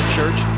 Church